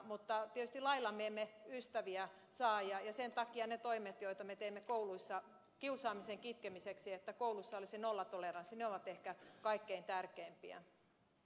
mutta tietysti lailla me emme ystäviä saa ja sen takia ne toimet joita me teemme kouluissa kiusaamisen kitkemiseksi että kouluissa olisi nollatoleranssi ovat ehkä kaikkein tärkeimpiä